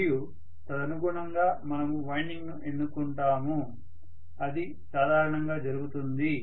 మరియు తదనుగుణంగా మనము వైండింగ్ను ఎన్నుకుంటాము అది సాధారణంగా జరుగుతుంది